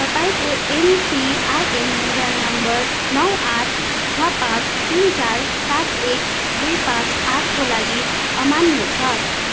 तपाईँको MPIN mobile number आठ छ पाँच तिन चार सात एक दुई पाँच आठ को लागी अमान्य छ